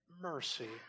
mercy